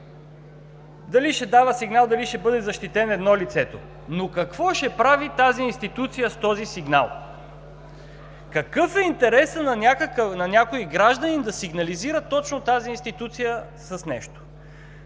дали ще дава сигнал, дали ще бъде защитено лицето, е едно, но какво ще прави тази институция с този сигнал? Какъв е интересът на някой гражданин да сигнализира точно тази институция с нещо?